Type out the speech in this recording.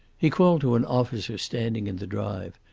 he called to an officer standing in the drive,